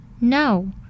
No